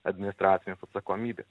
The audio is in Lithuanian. administracinės atsakomybės